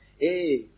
Hey